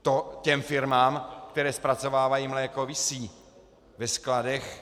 To těm firmám, které zpracovávají mléko, visí ve skladech.